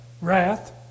wrath